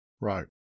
Right